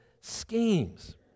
schemes